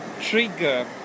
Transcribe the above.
trigger